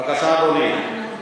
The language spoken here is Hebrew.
בבקשה, אדוני.